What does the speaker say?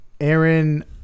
Aaron –